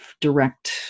direct